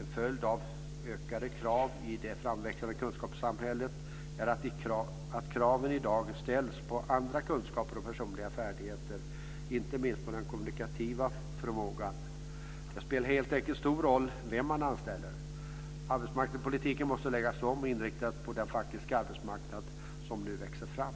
En följd av ökade krav i det framväxande kunskapssamhället är att krav i dag ställs på andra kunskaper och personliga färdigheter. Det handlar inte minst om den kommunikativa förmågan. Det spelar helt enkelt stor roll vem man anställer. Arbetsmarknadspolitiken måste läggas om och inriktas på den faktiska arbetsmarknad som nu växer fram.